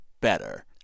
better